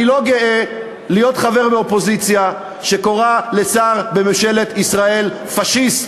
אני לא גאה להיות חבר באופוזיציה שקוראת לשר בממשלת ישראל "פאשיסט",